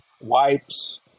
wipes